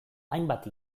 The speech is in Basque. hainbat